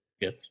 Yes